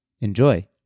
Enjoy